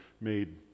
made